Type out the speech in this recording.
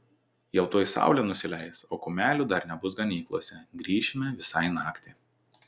jau tuoj saulė nusileis o kumelių dar nebus ganyklose grįšime visai naktį